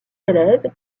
élèves